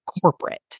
corporate